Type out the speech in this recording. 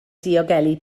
diogelu